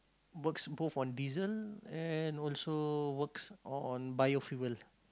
works both on diesel and also works on biofuel